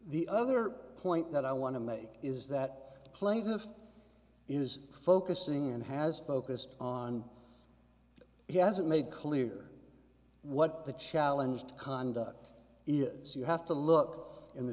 the other point that i want to make is that the plaintiff is focusing and has focused on he hasn't made clear what the challenge conduct is you have to look in the